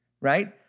right